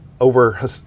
over